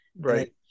right